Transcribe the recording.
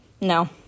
no